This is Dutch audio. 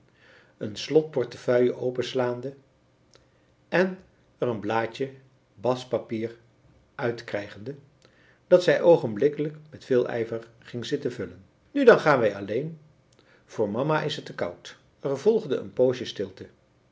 een slotportefeuille openslaande en er een blaadje bathpapier uitkrijgende dat zij oogenblikkelijk met veel ijver ging zitten vullen nu dan gaan wij alleen voor mama is het te koud er volgde een poosje stilte